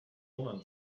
woman